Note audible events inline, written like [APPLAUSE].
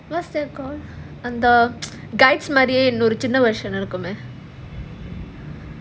what's that called under [NOISE] guides மாதிரியே ஒரு சின்ன:maadhiriyae oru chinna version இருக்குமே:irukumae